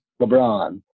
LeBron